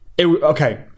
Okay